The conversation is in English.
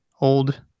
old